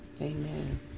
Amen